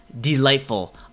Delightful